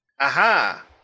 Aha